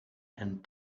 and